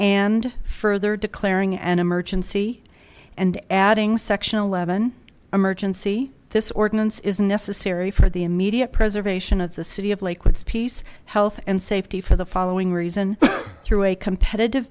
and further declaring an emergency and adding section eleven emergency this ordinance is necessary for the immediate preservation of the city of lakewood speas health and safety for the following reason through a competitive